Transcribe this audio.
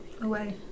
Away